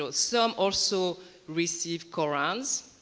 but some also received korans.